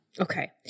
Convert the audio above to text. Okay